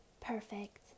perfect